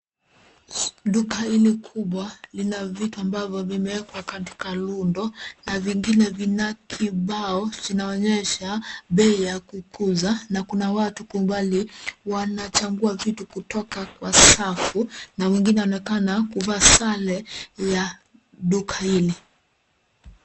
Duka hili kubwa lina vitu ambavyo vimewekwa katika rundo na vingine vina kibao kinaonyesha bei ya kukuza na kuna watu kwa umbali wanachagua vitu kutoka kwa safu na wengine wanaonekana kuvaa sare ya duka hili.